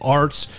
arts